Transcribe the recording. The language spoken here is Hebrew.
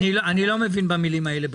אני לא מבין במילים האלה.